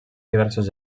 diversos